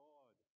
God